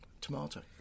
tomato